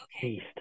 taste